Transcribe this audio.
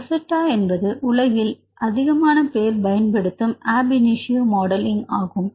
Rosetta என்பது உலகில் அதிகமான பேர் பயன்படுத்தும் ab initio மாடலிங் ஆகும்